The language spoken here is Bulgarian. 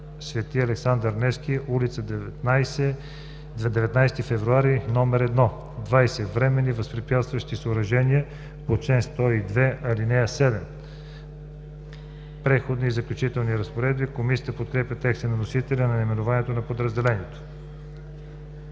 „Св. Александър Невски“, ул. „19 февруари“ № 1. 20. Временните възпрепятстващи съоръжения по чл. 102, ал. 7.“ „Преходни и заключителни разпоредби“. Комисията подкрепя текста на вносителя за наименованието на подразделението.